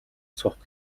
суух